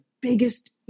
biggest